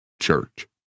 church